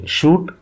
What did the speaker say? Shoot